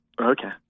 Okay